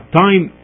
time